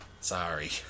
sorry